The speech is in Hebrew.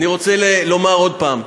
אני רוצה לומר עוד הפעם,